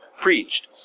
preached